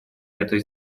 это